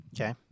Okay